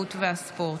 התרבות והספורט.